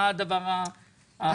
מה הדבר האחרון?